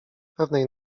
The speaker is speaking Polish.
pewnej